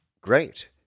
Great